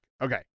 Okay